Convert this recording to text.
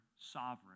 sovereign